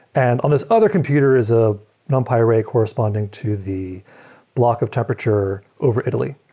and on this other computer is a numpy array corresponding to the block of temperature over italy.